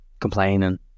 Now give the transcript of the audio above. complaining